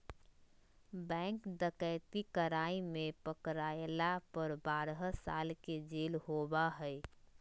bank डकैती कराय में पकरायला पर बारह साल के जेल होबा हइ